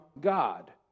God